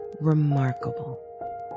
remarkable